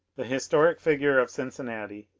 the historic figure of cincinnati,